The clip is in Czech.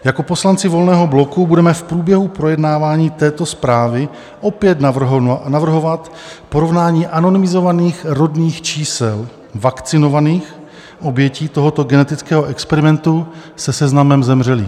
Jako poslanci Volného bloku budeme v průběhu projednávání této zprávy opět navrhovat porovnání anonymizovaných rodných čísel vakcinovaných obětí tohoto genetického experimentu se seznamem zemřelých.